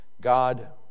God